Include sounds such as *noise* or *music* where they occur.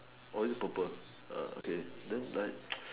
oh is it purple err okay then like *noise*